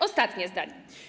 Ostatnie zdanie.